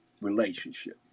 relationship